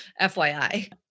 FYI